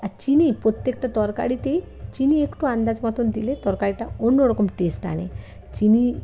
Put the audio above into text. আর চিনি প্রত্যেকটা তরকারিতেই চিনি একটু আন্দাজ মতন দিলে তরকারিটা অন্য রকম টেস্ট আনে চিনি